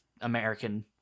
American